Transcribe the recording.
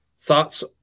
thoughts